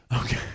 Okay